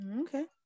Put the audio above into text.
Okay